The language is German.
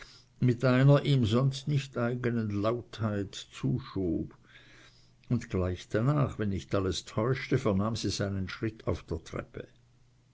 mit einer ihm sonst nicht eigenen lautheit zuschob und gleich danach wenn nicht alles täuschte vernahm sie seinen schritt auf der treppe